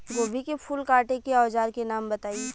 गोभी के फूल काटे के औज़ार के नाम बताई?